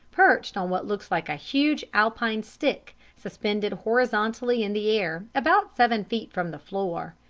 perched on what looks like a huge alpine stick, suspended horizontally in the air, about seven feet from the floor.